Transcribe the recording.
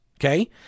Okay